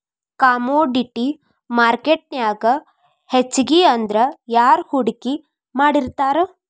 Commodity ಮಾರ್ಕೆಟ್ನ್ಯಾಗ್ ಹೆಚ್ಗಿಅಂದ್ರ ಯಾರ್ ಹೂಡ್ಕಿ ಮಾಡ್ತಾರ?